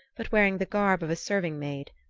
but wearing the garb of a serving-maid.